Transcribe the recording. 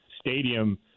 Stadium